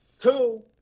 Two